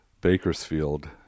bakersfield